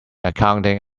accounting